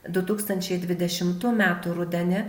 du tūkstančiai dvidešimtų metų rudenį